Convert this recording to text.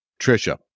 Trisha